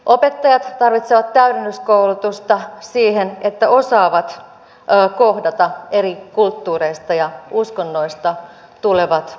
opettajat tarvitsevat täydennyskoulutusta siihen että osaavat kohdata eri kulttuureista ja uskonnoista tulevat oppilaat